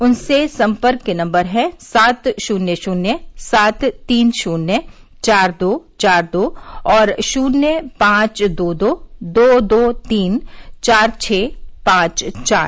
उनसे संपर्क के नम्बर है सात शून्य शून्य सात तीन शून्य चार दो चार दो और शून्य पांच दो दो दो दो तीन चार छः पांच चार